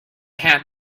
had